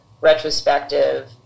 retrospective